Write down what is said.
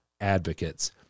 advocates